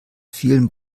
vielen